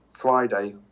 Friday